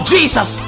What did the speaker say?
Jesus